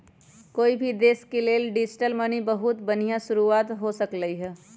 कोई भी देश के लेल डिजिटल मनी बहुत बनिहा शुरुआत हो सकलई ह